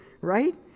right